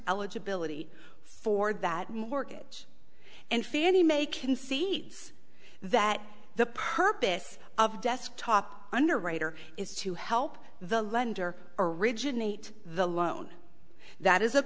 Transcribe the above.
eligibility for that mortgage and fannie mae can see that the purpose of desktop underwriter is to help the lender originate the loan that is